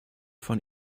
von